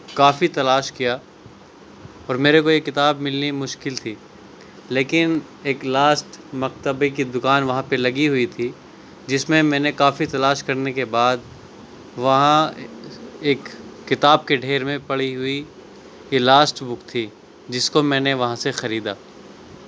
کافی تلاش کیا اور میرے کو یہ کتاب ملنی مشکل تھی لیکن ایک لاسٹ مکتبے کی دُکان وہاں پہ لگی ہوئی تھی جس میں میں نے کافی تلاش کرنے کے بعد وہاں ایک کتاب کے ڈھیر میں پڑی ہوئی یہ لاسٹ بُک تھی جِس کو میں نے وہاں سے خریدا